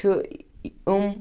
چھِ یِم